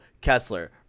Kessler